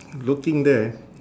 looking there